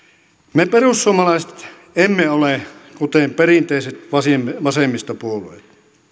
me perussuomalaiset emme ole kuten perinteiset vasemmistopuolueet